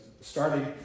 Starting